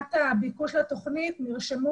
מבחינת הביקוש לתוכנית כאשר נרשמו,